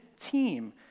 team